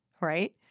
right